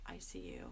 ICU